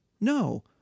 No